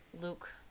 Luke